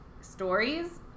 stories